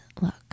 look